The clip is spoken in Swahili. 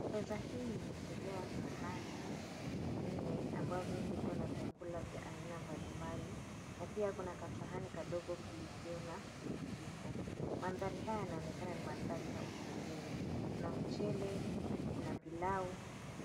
Meza hii imeekelewa sahani nne ambazo zikona vyakula vya aina mbalimbali na pia kuna kasahani kadogo kilivyo na vijiko. Mandhari haya yanaonekana ni mandhari ya hotelini. Kuna mchele, kuna pilau.